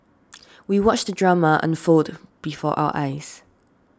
we watched the drama unfold before our eyes